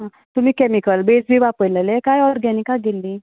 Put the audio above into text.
तुमी कॅमीकल बॅज बी वापरलेलें काय ऑर्गेनिकाक गेल्ली